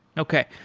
okay.